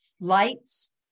lights